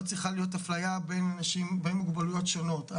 לא צריכה להיות אפליה בין מוגבלויות שונות,